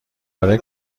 برای